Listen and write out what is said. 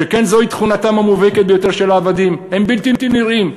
שכן זוהי תכונתם המובהקת ביותר של העבדים: הם בלתי נראים.